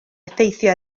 effeithio